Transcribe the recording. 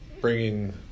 bringing